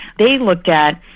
they looked at,